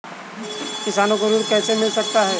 किसानों को ऋण कैसे मिल सकता है?